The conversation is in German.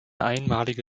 einmalige